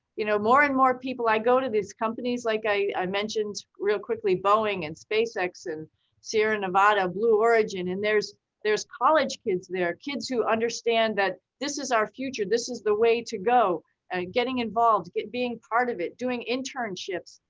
you know more and more people i go to these companies like i mentioned, real quickly, boeing and spacex and sierra nevada, blue origin, and there's there's college kids there. kids who understand that this is our future, this is the way to go. and getting involved, being part of it, doing internships,